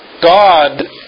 God